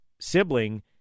sibling